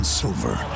silver